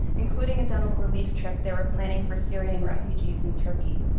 including a dental relief trip they were planning for syrian refugees in turkey.